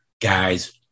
guys